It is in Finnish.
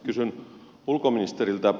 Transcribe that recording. kysyn ulkoministeriltä